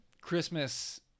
Christmas